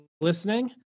listening